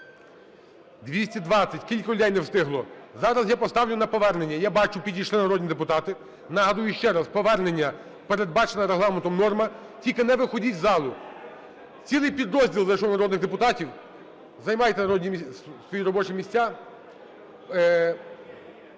За-220 Кілька людей не встигло. Зараз я поставлю на повернення, я бачу, підійшли народні депутати. Нагадую ще раз, повернення – передбачена Регламентом норма, тільки не виходьте з залу. Цілий підрозділ зайшов народних депутатів, займайте свої робочі місця.